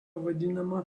vadinama